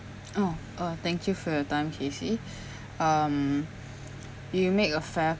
oh uh thank you for your time kacey um you make a fair